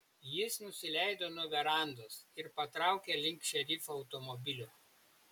jis nusileido nuo verandos ir patraukė link šerifo automobilio